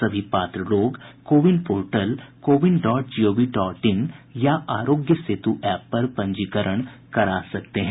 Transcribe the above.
सभी पात्र लोग CoWIN portal CoWIN dot G O V dot in या आरोग्य सेतु एप पर पंजीकरण करा सकते हैं